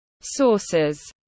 sources